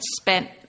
spent